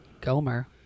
Gomer